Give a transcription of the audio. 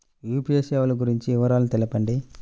UPI సేవలు గురించి వివరాలు తెలుపండి?